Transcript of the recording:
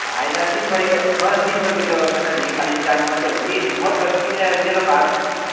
होइन दिनभरिको म त दिनभरिको जरुरत छैन नि खाली त्यो जानु मात्रै हो कि म त तिमीलाई मेरो भए